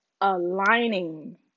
aligning